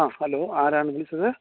ആ ഹലോ ആരാണ് വിളിച്ചത്